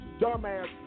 dumbass